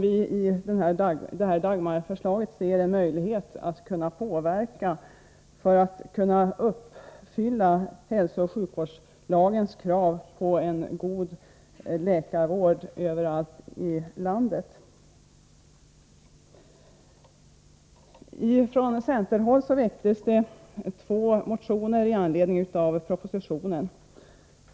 I Dagmarförslaget ser vi en möjlighet att uppfylla hälsooch sjukvårdslagens krav på god läkarvård överallt i landet. Från centerhåll väcktes två motioner med anledning av propositionen.